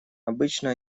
обычно